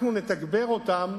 אנחנו נתגבר אותם